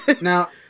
Now